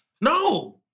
No